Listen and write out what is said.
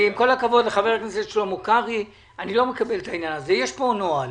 יש פה נוהל.